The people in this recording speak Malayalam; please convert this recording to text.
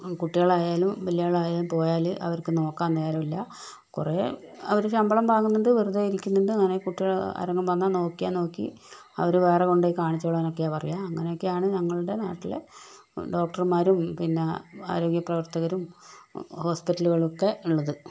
കുട്ടികളായാലും വലിയ ആളായാലും പോയാല് അവർക്ക് നോക്കാൻ നേരമില്ല കുറേ അവര് ശമ്പളം വാങ്ങുന്നുണ്ട് വെറുതെ ഇരിക്കുന്നുണ്ട് അങ്ങനെ കുട്ടികള് ആരെങ്കിലും വന്നാൽ നോക്കിയാൽ നോക്കി അവര് വേറെ കൊണ്ടുപോയി കാണിച്ചുക്കൊള്ളാൻ ഒക്കെയാണ് പറയുക അങ്ങനെയൊക്കെയാണ് ഞങ്ങളുടെ നാട്ടിലെ ഡോക്ടർമാരും ഈ പിന്നെ ആരോഗ്യ പ്രവർത്തകരും ഹോസ്പിറ്റലുകളൊക്കെ ഉള്ളത്